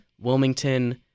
Wilmington